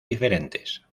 diferentes